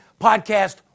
podcast